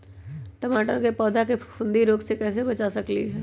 टमाटर के पौधा के फफूंदी रोग से कैसे बचा सकलियै ह?